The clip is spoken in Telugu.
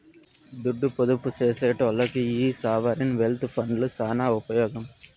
దుడ్డు పొదుపు సేసెటోల్లకి ఈ సావరీన్ వెల్త్ ఫండ్లు సాన ఉపమోగం